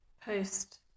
post